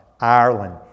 Ireland